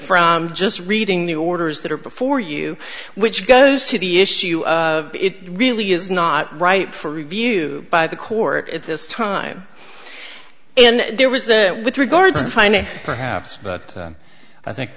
from just reading the orders that are before you which goes to the issue it really is not right for review by the court at this time in there was it with regard to finding perhaps but i think